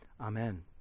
Amen